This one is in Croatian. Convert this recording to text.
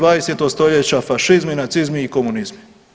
20. stoljeća, fašizmi, nacizmi i komunizmi.